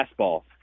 fastball